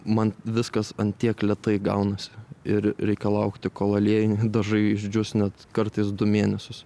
man viskas ant tiek lėtai gaunasi ir reikia laukti kol aliejiniai dažai išdžius net kartais du mėnesius